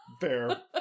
Fair